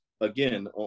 Again